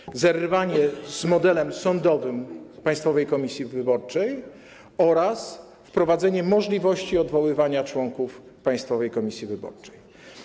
Chodzi o zerwanie z modelem sądowym Państwowej Komisji Wyborczej oraz wprowadzenie możliwości odwoływania członków Państwowej Komisji Wyborczej.